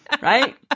Right